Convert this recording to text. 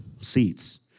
seats